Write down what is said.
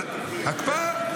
--- הקפאה.